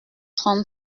trente